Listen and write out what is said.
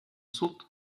суд